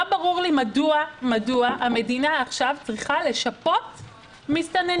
לא ברור לי מדוע המדינה עכשיו צריכה לשפות מסתננים.